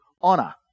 honor